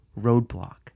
roadblock